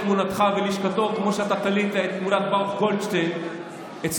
תמונתך בלשכתו כמו שאתה תלית את תמונת ברוך גולדשטיין אצלך.